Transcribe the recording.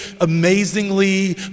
amazingly